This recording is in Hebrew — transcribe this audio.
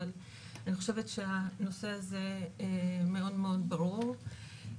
אבל אני חושבת שהנושא הזה מאוד מאוד ברור.